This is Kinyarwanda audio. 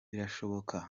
birashoboka